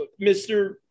Mr